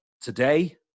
Today